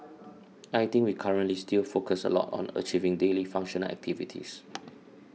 I think we currently still focus a lot on achieving daily functional activities